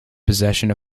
possession